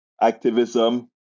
activism